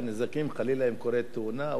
אם חלילה קורית תאונה או דברים,